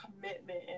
commitment